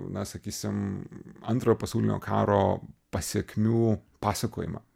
na sakysim antrojo pasaulinio karo pasekmių pasakojimą